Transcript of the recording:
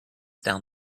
down